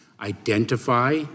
identify